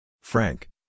Frank